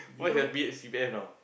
why happy at C_P_F now